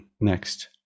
next